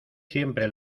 siempre